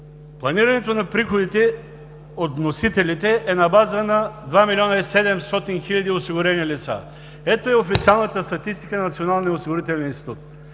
Планирането на приходите от вносителите е на база на 2 милиона и 700 хиляди осигурени лица. Ето я официалната статистика на Националния осигурителен институт.